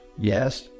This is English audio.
yes